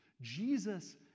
Jesus